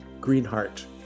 Greenheart